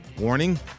Warning